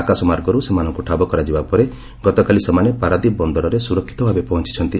ଆକାଶମାର୍ଗରୁ ସେମାନଙ୍କୁ ଠାବ କରାଯିବା ପରେ ଗତକାଲି ସେମାନେ ପାରାଦ୍ୱୀପ ବନ୍ଦରରେ ସୁରକ୍ଷିତ ଭାବେ ପହଞ୍ଚଛନ୍ତି